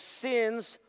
sin's